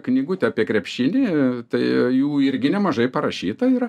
knygutę apie krepšinį tai jų irgi nemažai parašyta yra